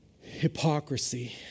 hypocrisy